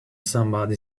somebody